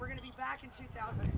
we're going to be back in two thousand